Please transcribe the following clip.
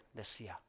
decía